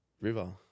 River